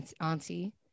auntie